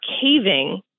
caving